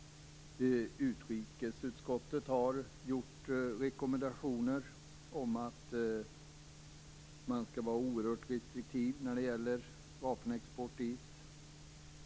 Utrikesutskottet har gjort rekommendationer om att man skall vara oerhört restriktiv när det gäller vapenexport dit.